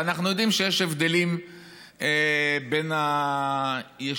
ואנחנו יודעים שיש הבדלים בין הישיבות.